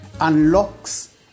Unlocks